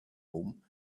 home